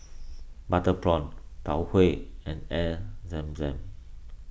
Butter Prawn Tau Huay and Air Zam Zam